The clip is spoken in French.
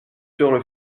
sur